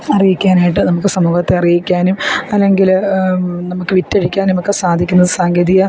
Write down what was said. അറിയിക്കാനായിട്ട് നമുക്ക് സമൂഹത്തെ അറിയിക്കാനും അല്ലെങ്കില് നമുക്ക് വിറ്റഴിക്കാനുമൊക്കെ സാധിക്കുന്നത് സാങ്കേതിക